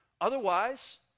Otherwise